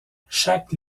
chaque